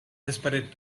desperate